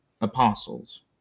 apostles